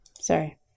Sorry